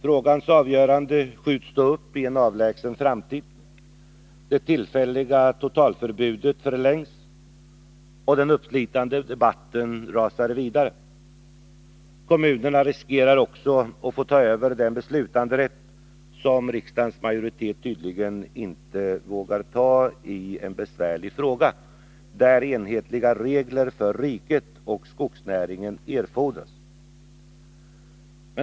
Frågans avgörande skjuts upp på en avlägsen framtid, det tillfälliga totalförbudet förlängs och den uppslitande debatten rasar vidare. Kommunerna riskerar också att få ta över en beslutanderätt som riksdagens majoritet tydligen inte vågar använda sig av i en besvärlig fråga, där enhetliga regler för riket och skogsnäringen erfordras.